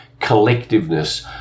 collectiveness